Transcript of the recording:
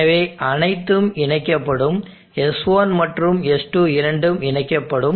எனவே அனைத்தும் இணைக்கப்படும்S1 மற்றும் S2 இரண்டும் இணைக்கப்படும்